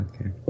Okay